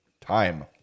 time